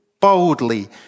boldly